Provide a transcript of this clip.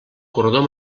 corredor